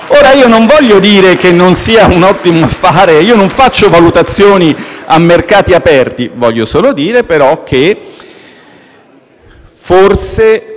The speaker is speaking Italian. Ora, non voglio dire che non sia un ottimo affare; non faccio valutazioni a mercati aperti. Voglio solo dire, però, che forse